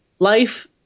life